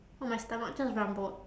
oh my stomach just rumbled